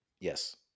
Yes